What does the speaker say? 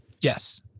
Yes